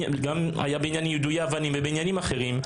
גם יידוי אבנים ועניינים אחרים.